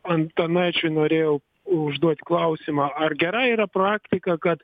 antanaičiui norėjau užduoti klausimą ar gera yra praktika kad